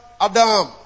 Adam